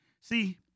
See